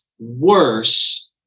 Worse